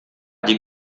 die